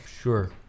Sure